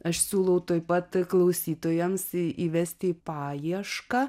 aš siūlau tuoj pat klausytojams įvesti į paiešką